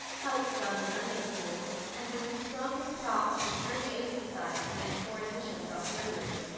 helped run the sunday-school, and was the strongest prop of the church aid society and foreign missions auxiliary.